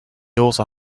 also